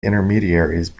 intermediaries